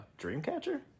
Dreamcatcher